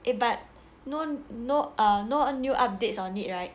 eh but no no no new updates on it right